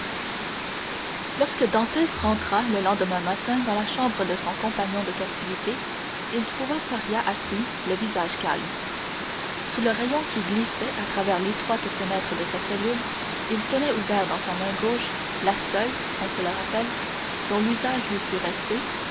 lorsque dantès rentra le lendemain matin dans la chambre de son compagnon de captivité il trouva faria assis le visage calme sous le rayon qui glissait à travers l'étroite fenêtre de sa cellule il tenait ouvert dans sa main gauche la seule on se le rappelle dont l'usage lui fût resté